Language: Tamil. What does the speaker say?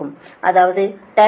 அதாவது tan R1 0